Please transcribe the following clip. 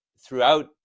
throughout